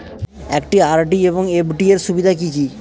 একটি আর.ডি এবং এফ.ডি এর সুবিধা কি কি?